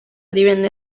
divenne